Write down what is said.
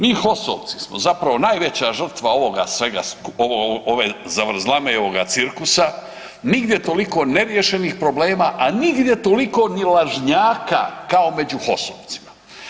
Mi HOS-ovci smo zapravo najveća žrtva ovoga svega, ove zavrzlame i ovoga cirkusa, nigdje toliko neriješenih problema, a nigdje toliko ni lažnjaka kao među HOS-ovcima.